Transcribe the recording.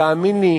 תאמין לי,